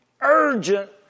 urgent